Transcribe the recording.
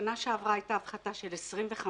בשנה שעברה הייתה הפחתה של 25%,